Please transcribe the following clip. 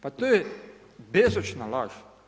Pa to je bezočna laž.